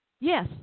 Yes